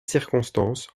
circonstances